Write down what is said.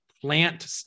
plant